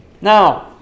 Now